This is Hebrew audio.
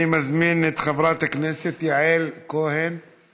אני מזמין את חברת הכנסת יעל כהן-פארן.